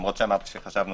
למרות שחשבנו